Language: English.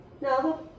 No